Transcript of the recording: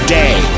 day